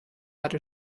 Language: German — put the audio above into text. hatte